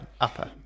upper